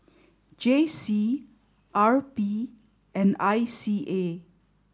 J C R P and I C A